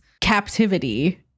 captivity